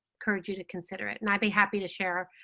encourage you to consider it. and i'd be happy to share